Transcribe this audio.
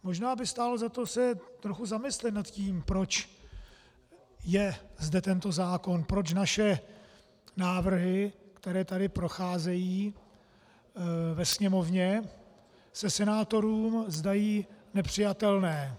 Možná by stálo za to se trochu zamyslet nad tím, proč je zde tento zákon, proč naše návrhy, které tady procházejí ve Sněmovně, se senátorům zdají nepřijatelné.